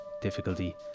difficulty